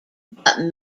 but